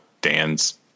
Dan's